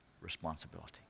responsibility